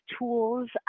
tools